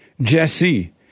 Jesse